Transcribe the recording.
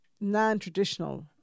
non-traditional